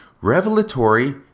Revelatory